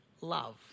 love